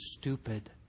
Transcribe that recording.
stupid